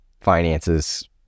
finances